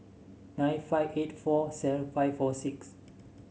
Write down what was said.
nine five eight four seven five four six